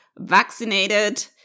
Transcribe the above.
vaccinated